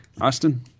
Austin